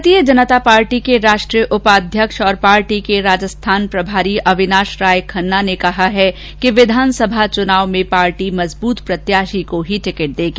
भारतीय जनता पार्टी के राष्ट्रीय उपाध्यक्ष और पार्टी के राजस्थान प्रभारी अविनाश राय खन्ना ने कहा है कि विधानसभा चुनाव में पार्टी मजबूत प्रत्याशी को ही टिकट देगी